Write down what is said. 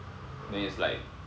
then it's like